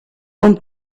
con